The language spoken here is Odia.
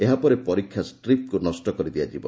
ଏହାପରେ ପରୀକ୍ଷା ଷ୍ଟ୍ରିପ୍କୁ ନଷ୍ଟ କରିଦିଆଯିବ